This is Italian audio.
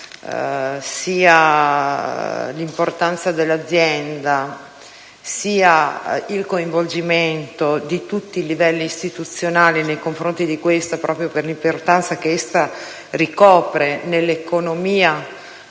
sia l'importanza dell'azienda che il coinvolgimento di tutti i livelli istituzionali proprio per l'importanza che essa ricopre nell'economia